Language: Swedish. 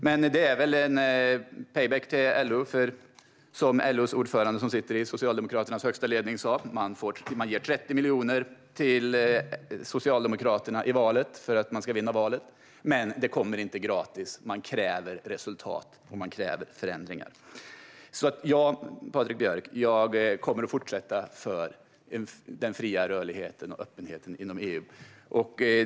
Men det är väl en pay back till LO. Som LO:s ordförande, som sitter i Socialdemokraternas högsta ledning, sa: Man ger 30 miljoner till Socialdemokraterna för att man ska vinna valet. Men det kommer inte gratis. Man kräver resultat, och man kräver förändringar. Mitt svar till Patrik Björck är: Ja, jag kommer att fortsätta arbeta för den fria rörligheten och öppenheten inom EU.